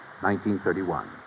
1931